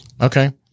Okay